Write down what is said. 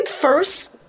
first